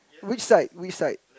which side which side